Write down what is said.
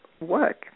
work